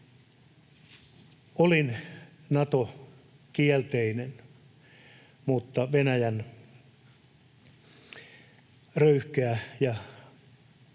Olin Nato-kielteinen, mutta Venäjän röyhkeä ja oikeudeton